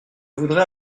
voudrais